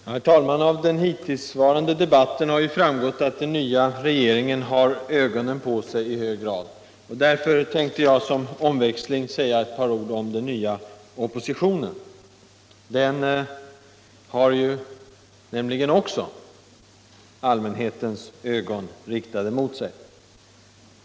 Herr talman! Av den hittillsvarande debatten har framgått att den nya regeringen i hög grad har ögonen på sig. Därför tänkte jag som omväxling säga ett par ord om den nya oppositionen. Den har nämligen också allmänhetens blickar riktade mot sig.